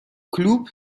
کلوپ